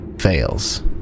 Fails